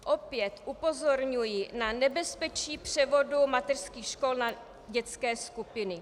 Opět upozorňuji na nebezpečí převodu mateřských škol na dětské skupiny.